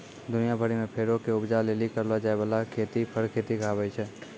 दुनिया भरि मे फरो के उपजा लेली करलो जाय बाला खेती फर खेती कहाबै छै